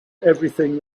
everything